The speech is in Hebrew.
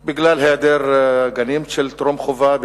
בגלל היעדר גני טרום-חובה,